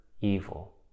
evil